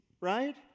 Right